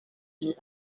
fille